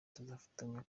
tuzafatanya